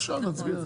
ועכשיו נצביע.